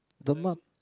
the mom